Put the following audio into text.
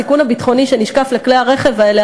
הסיכון הביטחוני שנשקף לכלי הרכב האלה,